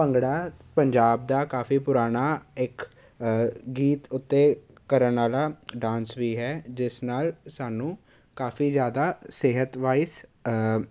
ਭੰਗੜਾ ਪੰਜਾਬ ਦਾ ਕਾਫੀ ਪੁਰਾਣਾ ਇੱਕ ਗੀਤ ਉੱਤੇ ਕਰਨ ਵਾਲਾ ਡਾਂਸ ਵੀ ਹੈ ਜਿਸ ਨਾਲ ਸਾਨੂੰ ਕਾਫੀ ਜ਼ਿਆਦਾ ਸਿਹਤ ਵਾਈਜ